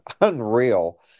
unreal